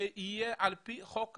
שיהיה על פי חוק השבות,